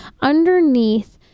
underneath